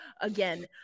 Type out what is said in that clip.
again